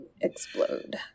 explode